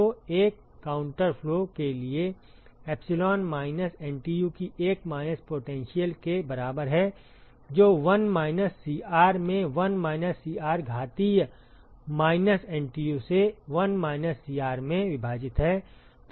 तो एक counter flow के लिए एप्सिलॉन माइनस एनटीयू की एक माइनस पोटेंशियल के बराबर है जो 1 माइनस सीआर में 1 माइनस सीआर घातीय माइनस एनटीयू से 1 माइनस सीआर में विभाजित है